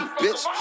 bitch